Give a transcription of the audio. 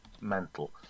mental